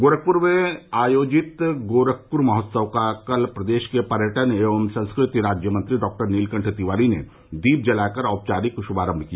गोरखपुर में आयोजित गोरखपुर महोत्सव का कल प्रदेश के पर्यटन एवं संस्कृति राज्य मंत्री डॉक्टर नीलकण्ठ तिवारी ने दीप जलाकर औंपचारिक शुभारम्भ किया